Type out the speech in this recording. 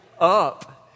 up